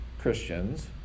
Christians